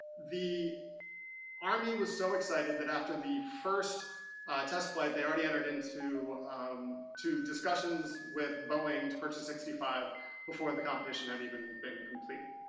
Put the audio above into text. the army was so excited that after the first test flight, they already entered into um discussions discussions with boeing to purchase sixty five before the competition had even been completed.